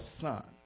son